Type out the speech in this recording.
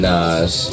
Nas